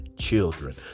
Children